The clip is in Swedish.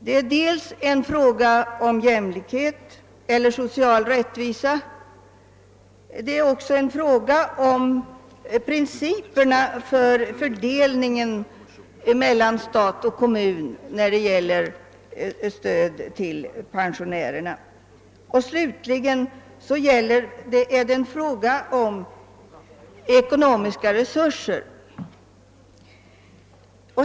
Det är fråga om jämlikhet och social rättvisa, det är vidare fråga om principerna för fördelningen mellan stat och kommun av kostnaderna för stödet till pensionärerna, och det är slutligen en fråga om ekonomiska resurser.